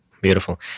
Beautiful